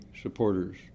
supporters